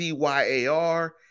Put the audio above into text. DYAR